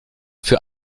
für